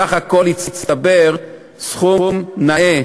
בסך הכול הצטבר סכום נאה